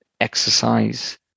exercise